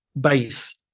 base